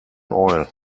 oil